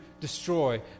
destroy